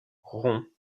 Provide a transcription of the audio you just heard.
ronds